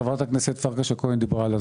חברת הכנסת פרקש הכהן דיברה עליו.